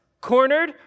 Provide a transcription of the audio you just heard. cornered